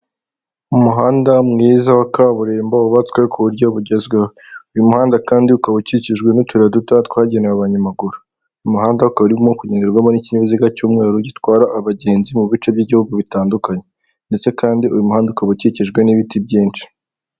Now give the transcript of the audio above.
Umuhanda mwiza wa kaburimbo wubatswe ku buryo bugezweho uyu muhanda kandi ukaba ukukijwe n'utuyira dutoya tw'agenewe abanyamaguru. Uyu muhanda ukaba urimo kugenderwamo n'ikinyabiziga cy'umweru gitwara abagenze mu bice by'igihugu bitandukanye.